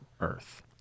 earth